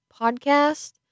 podcast